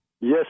Yes